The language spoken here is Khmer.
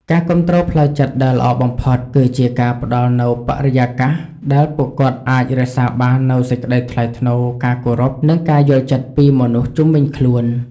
ការគាំទ្រផ្លូវចិត្តដែលល្អបំផុត គឺជាការផ្ដល់នូវបរិយាកាសដែលពួកគាត់អាចរក្សាបាននូវសេចក្តីថ្លៃថ្នូរ ការគោរព និងការយល់ចិត្តពីមនុស្សជុំវិញខ្លួន។